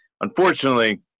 Unfortunately